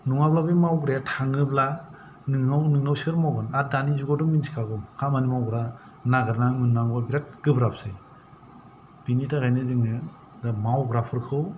नङाब्ला बे मावग्राया थाङोब्ला नोंनाव नोंनाव सोर मावगोन आरो दानि जुगावथ' मिन्थिखागौ खामानि मावग्रा नागिरनानै मोननांगौआ बिराद गोब्रासै बिनि थाखायनो जोङो दा मावग्राफोरखौ